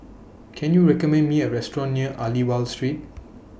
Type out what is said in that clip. Can YOU recommend Me A Restaurant near Aliwal Street